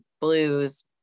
blues